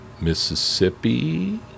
Mississippi